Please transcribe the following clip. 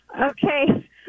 Okay